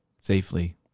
safely